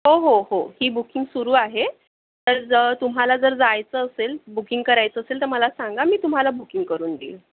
हो हो हो ही बुकिंग सुरू आहे तर तुम्हाला जर जायचं असेल बुकिंग करायचं असेल तर मला सांगा मी तुम्हाला बुकिंग करून देईल